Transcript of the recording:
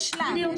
כן, בדיוק.